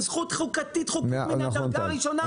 זאת זכות חוקתית חוקית מן הדרגה הראשונה.